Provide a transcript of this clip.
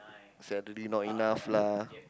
Saturday not enough lah